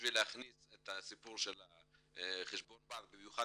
בשביל להכניס את הסיפור של חשבון הבנק, במיוחד